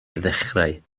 ddechrau